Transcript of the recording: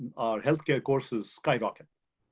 healthcare courses skyrocket.